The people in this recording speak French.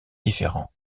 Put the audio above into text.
différents